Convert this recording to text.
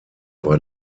war